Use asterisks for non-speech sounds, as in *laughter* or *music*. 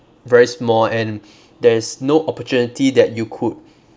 very small and *breath* there's no opportunity that you could